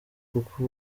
kuko